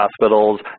hospitals